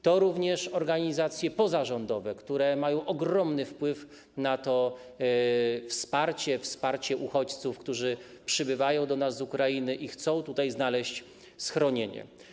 To również organizacje pozarządowe, które mają ogromny wpływ na wsparcie uchodźców, którzy przybywają do nas z Ukrainy i chcą tutaj znaleźć schronienie.